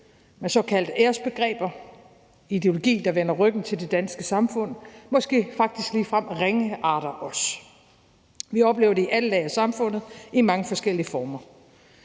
med såkaldte æresbegreber og ideologi, der vender ryggen til det danske samfund, og som måske faktisk ligefrem ringeagter os. Vi oplever det i alle lag af samfundet og i mange forskellige former.